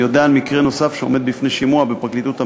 אני יודע על מקרה נוסף שעומד בפני שימוע בפרקליטות המדינה,